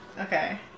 Okay